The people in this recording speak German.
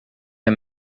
der